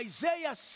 Isaiah